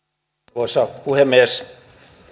arvoisa puhemies